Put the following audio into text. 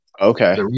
Okay